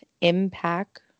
Impact